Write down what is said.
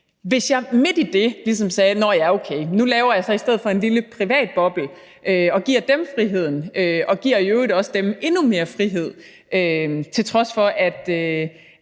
hvis jeg midt i det ligesom sagde: Nå ja, okay, nu laver jeg så i stedet for en lille privat boble og giver dem friheden og giver i øvrigt også dem endnu mere frihed, til trods for at